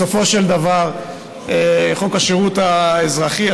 חוק השירות האזרחי,